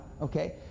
okay